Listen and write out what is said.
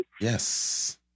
Yes